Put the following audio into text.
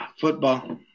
football